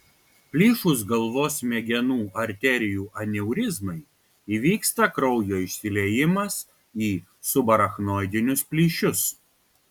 plyšus galvos smegenų arterijų aneurizmai įvyksta kraujo išsiliejimas į subarachnoidinius plyšius